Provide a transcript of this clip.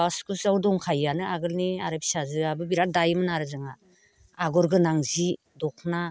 बाकखुसाव दंखायोयानो आगोलनि आरो फिसाजोआबो बिराद दायोमोन आरो जोंहा आगर गोनां सि दखना